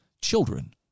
children